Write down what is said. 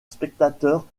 spectateurs